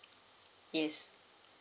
yes